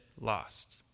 lost